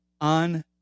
on